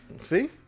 See